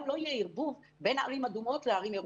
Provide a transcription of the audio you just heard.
גם לא יהיה ערבוב בין ערים אדומות לערים ירוקות.